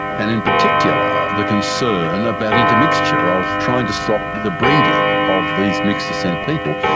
and in particular the concern about intermixture, of trying to stop the breeding of these mixed-descent people.